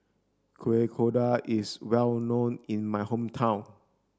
Kuih Kodok is well known in my hometown